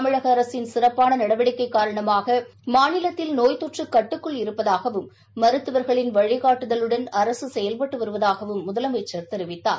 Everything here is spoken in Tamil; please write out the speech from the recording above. தமிழக அரசின் சிறப்பான நடவடிக்கை காரணமாக மாநிலத்தில் நோய் தொற்று கட்டுக்குள் இருப்பதாகவும் மருத்துவா்களின் வழிகாட்டுதலுடன் அரசு செயவ்பட்டு வருவதாகவும் முதலமைச்சா் தெரிவித்தார்